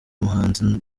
umuhanzi